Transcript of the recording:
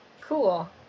Cool